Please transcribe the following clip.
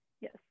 Yes